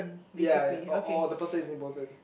ya ya or or the person is important